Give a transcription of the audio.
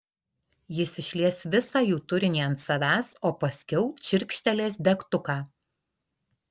jis išlies visą jų turinį ant savęs o paskiau čirkštelės degtuką